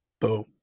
boom